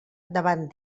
davant